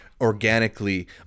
organically